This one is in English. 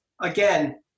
again